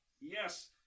Yes